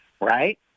right